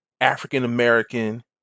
African-American